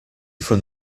from